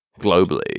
globally